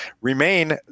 remain